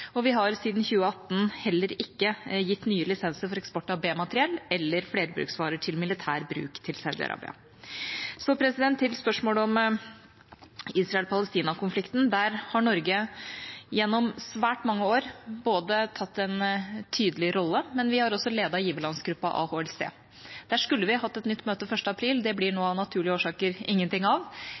siden 2018 heller ikke har gitt nye lisenser for eksport av B-materiell eller flerbruksvarer til militær bruk til Saudi-Arabia. Så til spørsmålet om Israel–Palestina-konflikten: Der har Norge gjennom svært mange år ikke bare tatt en tydelig rolle, men vi har også ledet giverlandsgruppa, AHLC. Der skulle vi hatt et nytt møte 1. april. Det blir nå av naturlige årsaker ingenting av,